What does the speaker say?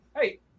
Hey